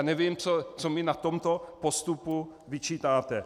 Nevím, co mi na tomto postupu vyčítáte.